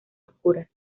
oscuras